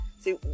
see